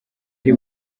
ari